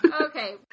Okay